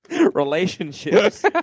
relationships